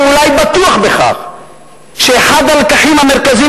ואולי בטוח בכך שאחד הלקחים המרכזיים